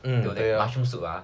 嗯有的 mushroom soup ah